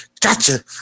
Gotcha